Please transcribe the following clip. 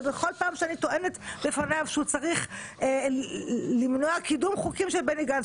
ובכל פעם שאני טוענת בפניו שהוא צריך למנוע קידום חוקים של בני גנץ,